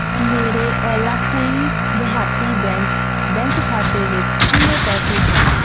ਮੇਰੇ ਏਲਾਕੁਈ ਦਿਹਾਤੀ ਬੈਂਕ ਬੈਂਕ ਖਾਤੇ ਵਿੱਚ ਕਿੰਨੇ ਪੈਸੇ ਹਨ